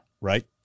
Right